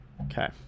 Okay